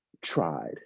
tried